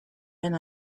been